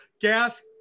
gas